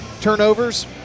Turnovers